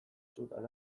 sutan